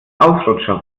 ausrutscher